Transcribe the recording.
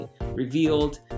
revealed